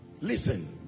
Listen